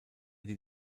die